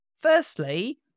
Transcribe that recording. Firstly